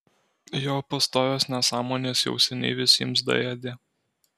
jo pastovios nesąmonės jau seniai visiems daėdė